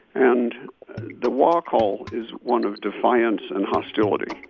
and the waa call is one of defiance and hostility.